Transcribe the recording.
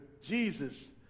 Jesus